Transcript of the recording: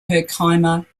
herkimer